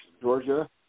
Georgia